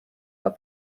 were